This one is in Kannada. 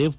ಎಫ್